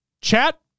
Chat